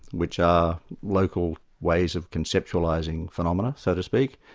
which are local ways of conceptualising phenomena, so to speak,